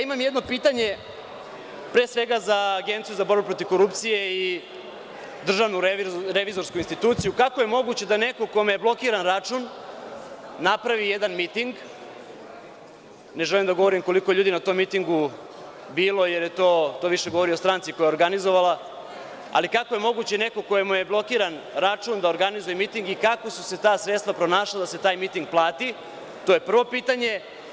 Imam jedno pitanje pre svega za Agenciju za borbu protiv korupcije i DRI, kako je moguće da neko kome je blokiran račun napravi jedan miting, ne želim da govorim koliko ljudi je na tom mitingu bilo, jer to više govori o stranci koja je organizovala, ali kako je moguće neko kome je blokiran račun da organizuje miting i kako su se ta sredstva pronašla da se taj miting plati, to je prvo pitanje?